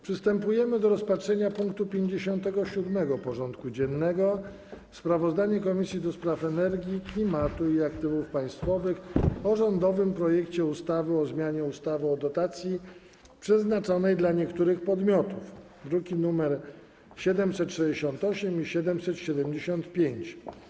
Przystępujemy do rozpatrzenia punktu 57. porządku dziennego: Sprawozdanie Komisji do Spraw Energii, Klimatu i Aktywów Państwowych o rządowym projekcie ustawy o zmianie ustawy o dotacji przeznaczonej dla niektórych podmiotów (druki nr 768 i 775)